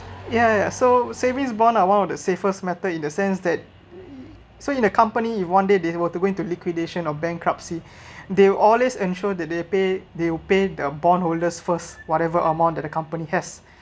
ya so savings bond are one of the safest method in the sense that so in a company in one day they were going to liquidation or bankruptcy they will always ensure that they pay they will pay the bondholders first whatever amount that the company has